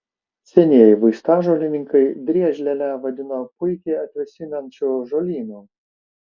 senieji vaistažolininkai driežlielę vadino puikiai atvėsinančiu žolynu